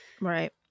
right